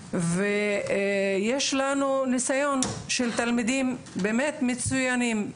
יש לנו ניסיון של תלמידים באמת מצוינים,